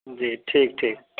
जी ठीक ठीक